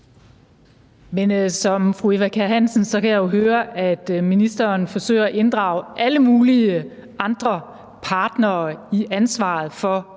Men ligesom fru Eva Kjer Hansen kan jeg jo høre, at ministeren forsøger at inddrage alle mulige andre partnere i ansvaret for